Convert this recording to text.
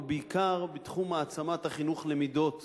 ובעיקר בתחום העצמת החינוך למידות